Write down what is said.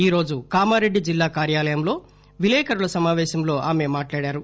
ఈరోజు కామారెడ్డి జిల్లా కార్యాలయంలో ఆమె విలేకరుల సమాపేశంలో మాట్లాడారు